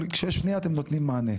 אבל כשיש פנייה אתם נותנים מענה.